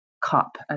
cop